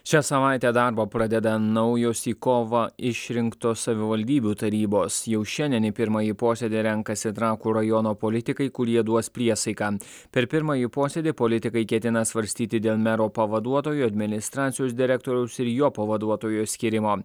šią savaitę darbą pradeda naujos į kovą išrinktos savivaldybių tarybos jau šiandien į pirmąjį posėdį renkasi trakų rajono politikai kurie duos priesaiką per pirmąjį posėdį politikai ketina svarstyti dėl mero pavaduotojų administracijos direktoriaus ir jo pavaduotojo skyrimo